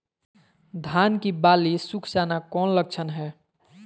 धान की बाली सुख जाना कौन लक्षण हैं?